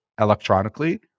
electronically